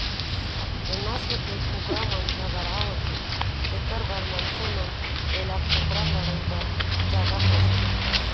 ए नसल के कुकरा मन झगरहा होथे तेकर बर मनसे मन एला कुकरा लड़ई बर जादा पोसथें